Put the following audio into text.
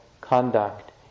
conduct